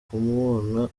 kumubona